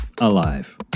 alive